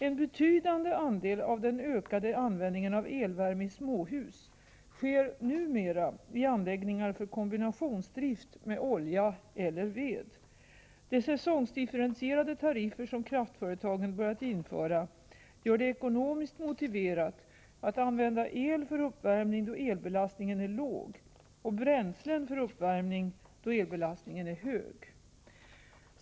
En betydande andel av den ökade användningen av elvärme i småhus sker ' numera i anläggningar för kombinationsdrift med olja eller ved. De säsongsdifferentierade tariffer som kraftföretagen börjat införa gör det ekonomiskt motiverat att använda el för uppvärmning då elbelastningen är låg och bränslen för uppvärmning då elbelastningen är hög.